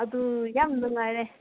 ꯑꯗꯨ ꯌꯥꯝ ꯅꯨꯡꯉꯥꯏꯔꯦ